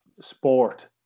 sport